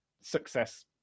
success